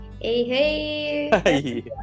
Hey